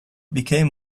became